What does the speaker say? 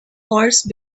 horse